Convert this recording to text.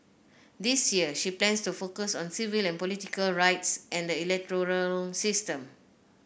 this year she plans to focus on civil and political rights and the electoral system